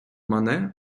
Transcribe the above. мане